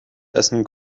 essen